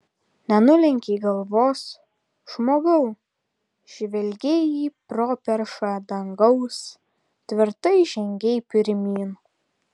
nenulenkei galvos žmogau žvelgei į properšą dangaus tvirtai žengei pirmyn